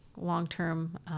long-term